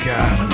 God